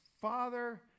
father